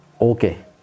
Okay